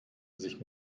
sich